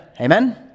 Amen